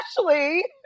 Ashley